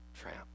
Tramp